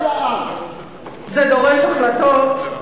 זה דורש החלטות,